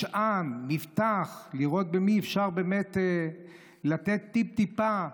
משען, מבטח, לראות במי אפשר באמת לתת טיפ-טיפה,